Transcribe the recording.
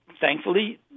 Thankfully